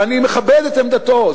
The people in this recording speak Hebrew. ואני מכבד את עמדתו,